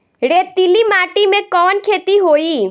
रेतीली माटी में कवन खेती होई?